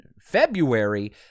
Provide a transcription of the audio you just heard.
February